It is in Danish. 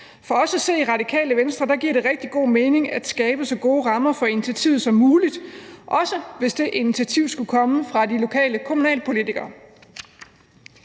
For os at se i Radikale Venstre giver det rigtig god mening at skabe så gode rammer for initiativet som muligt, også hvis det initiativ skulle komme fra de lokale kommunalpolitikere.